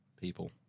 people